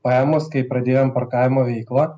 paėmus kai pradėjom parkavimo veiklą